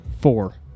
four